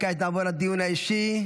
כעת נעבור לדיון האישי.